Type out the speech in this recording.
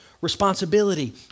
responsibility